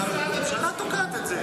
אבל הממשלה תוקעת את זה.